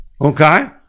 okay